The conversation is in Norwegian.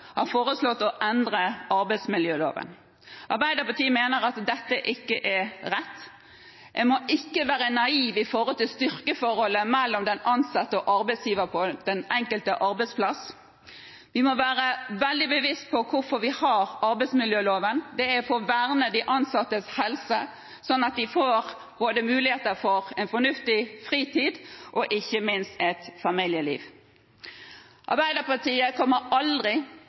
har foreslått å endre arbeidsmiljøloven. Arbeiderpartiet mener at dette ikke er rett. En må ikke være naiv med hensyn til styrkeforholdet mellom den ansatte og arbeidsgiver på den enkelte arbeidsplass. Vi må være veldig bevisst på hvorfor vi har arbeidsmiljøloven. Det er for å verne de ansattes helse, sånn at de får muligheter for fornuftig fritid og ikke minst et familieliv. Arbeiderpartiet kommer aldri